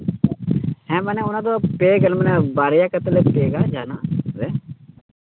ᱦᱮᱸ ᱢᱟᱱᱮ ᱚᱱᱟ ᱫᱚ ᱯᱮ ᱜᱮᱞ ᱢᱟᱱᱮ ᱵᱟᱨᱭᱟ ᱠᱟᱛᱮᱫ ᱞᱮ ᱯᱮᱠᱟ ᱡᱟᱦᱟᱱᱟᱜ ᱨᱮ